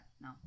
no